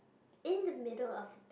in the middle of